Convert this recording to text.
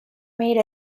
made